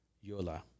Yola